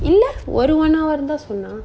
இல்ல ஒரு:illa oru one hour தான் சொன்னா:than sonna